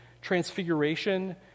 transfiguration